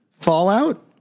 fallout